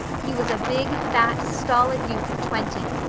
he was a big, fat, stolid youth of twenty,